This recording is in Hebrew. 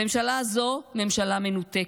הממשלה הזו היא ממשלה מנותקת.